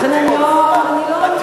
עם מה התחלת את הדיון?